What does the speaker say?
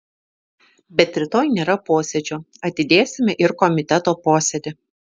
bet rytoj nėra posėdžio atidėsime ir komiteto posėdį